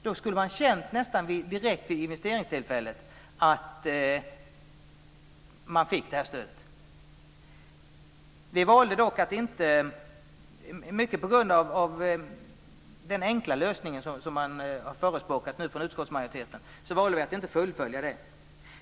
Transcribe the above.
Då skulle man känna direkt vid investeringstillfället att man får stödet. Vi valde dock att inte fullfölja detta - mycket på grund av den enkla lösning som utskottsmajoriteten har förespråkat.